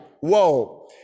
whoa